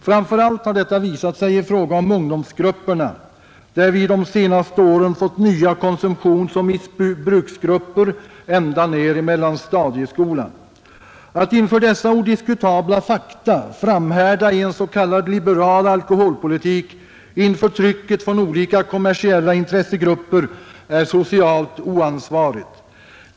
Framför allt har detta visat sig i fråga om ungdomsgrupperna, där vi de senaste åren fått nya konsumtionsoch missbruksgrupper ända ner i mellanstadieskolan. Att inför dessa odiskutabla fakta framhärda i en s.k. liberal alkoholpolitik inför trycket från olika kommersiella intressegrupper är socialt oansvarigt.